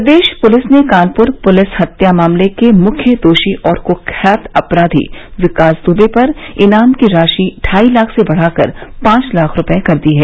प्रदेश police ने Kanpur police हत्या मामले के मुख्य दोषी और कुख्यात अपराधी विकास दुबे पर इनाम की राशि ढाई लाख से बढ़ाकर पांच लाख रूपये कर दी है